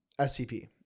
SCP